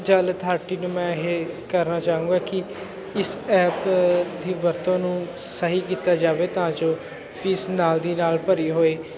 ਜਲ ਅਥਾਰਟੀ ਨੂੰ ਮੈਂ ਇਹ ਕਰਨਾ ਚਾਹਾਂਗਾ ਕਿ ਇਸ ਐਪ ਦੀ ਵਰਤੋਂ ਨੂੰ ਸਹੀ ਕੀਤਾ ਜਾਵੇ ਤਾਂ ਜੋ ਫੀਸ ਨਾਲ ਦੀ ਨਾਲ ਭਰੀ ਹੋਏ